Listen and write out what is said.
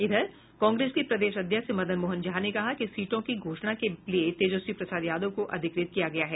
इधर कांग्रेस के प्रदेश अध्यक्ष मदन मोहन झा ने कहा कि सीटों की घोषणा के लिए तेजस्वी प्रसाद यादव को अधिकृत किया गया है